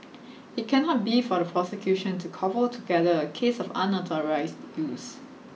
it cannot be for the prosecution to cobble together a case of unauthorised use